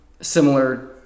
similar